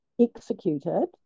executed